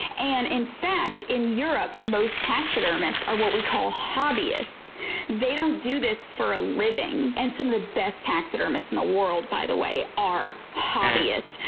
and in fact, in europe, most taxidermists are what we call hobbyists they don't do this for a living. and some of the best taxidermists in the world, by the way, are hobbyists.